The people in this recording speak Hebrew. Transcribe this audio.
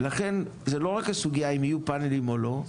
לכן, זה לא רק הסוגייה של אם יהיו פאנלים או לא,